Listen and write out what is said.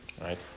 right